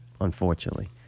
Unfortunately